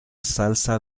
salsa